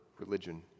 religion